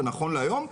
נכון להיום,